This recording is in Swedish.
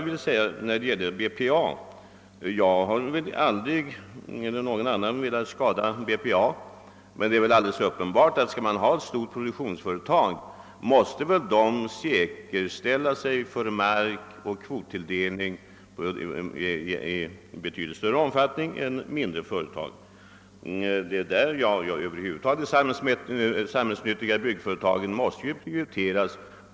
Varken jag eller någon annan har velat skada BPA, men det är uppenbart att ett stort produktionsföretag måste säkerställa sig för markoch kvottilldelning i betydligt större omfattning än mindre företag. De samhällsnyttiga byggföretagen över huvud taget måste prioriteras.